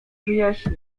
wyjaśni